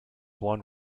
one